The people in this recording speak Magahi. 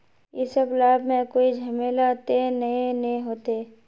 इ सब लाभ में कोई झमेला ते नय ने होते?